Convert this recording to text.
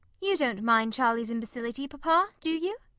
you don't mind cholly's imbecility, papa, do you?